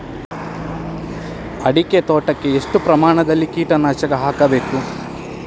ಅಡಿಕೆ ತೋಟಕ್ಕೆ ಎಷ್ಟು ಪ್ರಮಾಣದಲ್ಲಿ ಕೀಟನಾಶಕ ಹಾಕಬೇಕು?